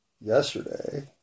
yesterday